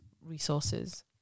resources